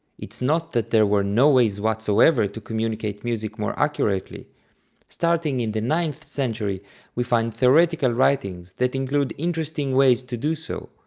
it's not that there were no ways whatsoever to communicate music more accurately starting in the ninth century we find theoretical writings that include interesting ways to do so,